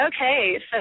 Okay